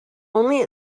only